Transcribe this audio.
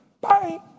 Bye